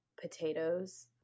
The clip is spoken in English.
potatoes